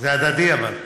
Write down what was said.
זה הדדי אבל.